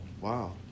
Wow